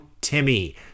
Timmy